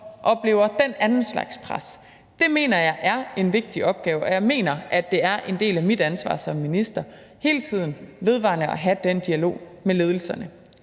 oplever den anden slags pres. Det mener jeg er en vigtig opgave, og jeg mener, at det er en del af mit ansvar som minister hele tiden og vedvarende at have den dialog med ledelserne.